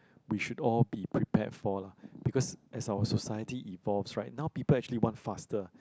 we should all be prepared for lah because as our society evolved right now people actually want faster